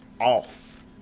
off